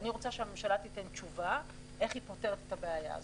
אני רוצה שהממשלה תיתן תשובה איך היא פותרת את הבעיה הזאת.